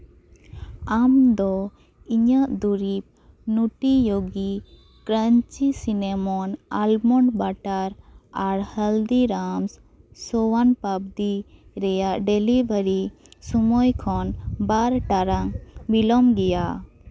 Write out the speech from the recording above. ᱟᱢᱫᱚ ᱤᱧᱟᱹᱜ ᱫᱩᱨᱤᱵᱽ Nutty Yogi crunchy cinnamon almond butter ᱟᱨ ᱦᱚᱞᱫᱤ ᱨᱟᱢᱥ ᱥᱚᱱ ᱯᱟᱯᱲᱤᱤ ᱨᱮᱭᱟᱜ ᱰᱮᱞᱤᱵᱷᱟᱨᱤ ᱥᱚᱢᱚᱭ ᱠᱷᱚᱱ ᱵᱟᱨ ᱴᱟᱲᱟᱝ ᱵᱤᱞᱚᱢ ᱜᱮᱭᱟ